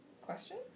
question